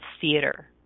theater